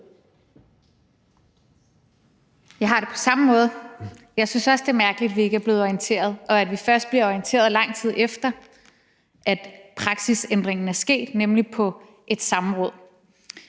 Jeg har det på samme måde. Jeg synes også, det er mærkeligt, vi ikke er blevet orienteret, og at vi først bliver orienteret, lang tid efter at praksisændringen er sket, nemlig på et samråd.